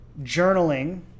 journaling